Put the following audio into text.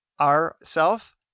ourself